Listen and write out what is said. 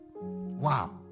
wow